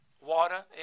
water